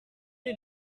est